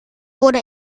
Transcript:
wurde